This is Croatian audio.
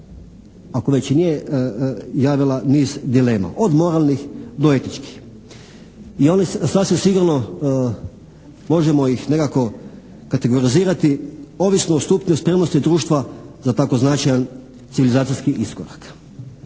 ako već i nije javila niz dilema od moralnih do etičkih. I oni, sasvim sigurno možemo ih nekako kategorizirati ovisno o stupnju spremnosti društva za tako značajan civilizacijski iskorak.